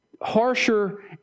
harsher